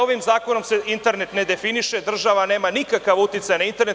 Ovim zakonom se internetne definiše, država nema nikakav uticaj na internet.